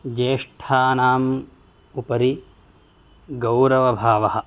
ज्येष्ठानां उपरि गौरवभावः